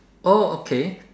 oh okay